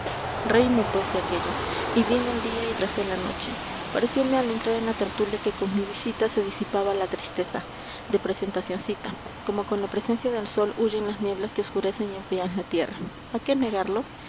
reíme pues de aquello y vino el día y tras él la noche pareciome al entrar en la tertulia que con mi visita se disipaba la tristeza de presentacioncita como con la presencia del sol huyen las nieblas que oscurecen y enfrían la tierra a qué negarlo